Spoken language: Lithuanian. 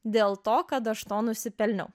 dėl to kad aš to nusipelniau